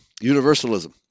universalism